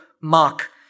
Mark